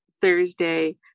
Thursday